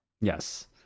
Yes